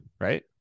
right